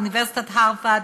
אוניברסיטת הרווארד,